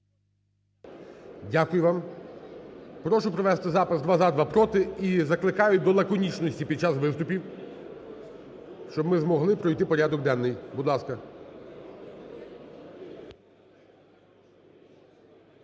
Дякую вам. Прошу провести запис: два – за, два – проти. І закликаю до лаконічності під час виступів, щоб ми змогли пройти порядок денний. Будь ласка.